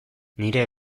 nire